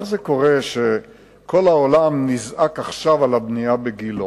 איך קורה שכל העולם נזעק עכשיו על הבנייה בגילה?